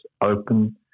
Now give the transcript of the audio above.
open